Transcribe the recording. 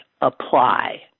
apply